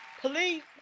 Please